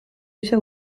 ისე